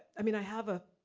i mean i have a,